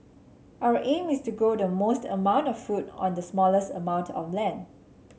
our aim is to grow the most amount of food on the smallest amount of land